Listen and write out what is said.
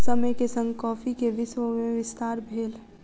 समय के संग कॉफ़ी के विश्व में विस्तार भेल